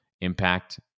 impact